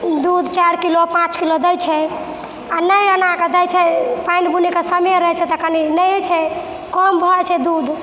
दूध चारि किलो पाँच किलो दै छै आओर नहि एनाकऽ दै छै पानि बुन्नीके समय रहै छै तऽ कनी नहि होइ छै कम भऽ जाइ छै दूध